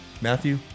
Matthew